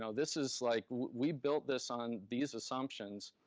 so this is like, we built this on these assumptions.